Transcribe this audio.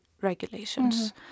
regulations